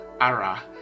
Ara